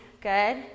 good